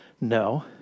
No